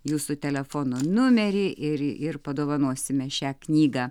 jūsų telefono numerį ir ir padovanosime šią knygą